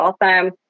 awesome